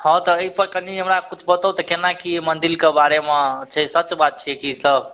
हँ तऽ अइपर कनी हमरा किछु बताउ तऽ केना की मन्दिर के बारेमे छै सच बात छियै की सब